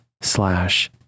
slash